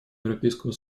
европейского